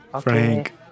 Frank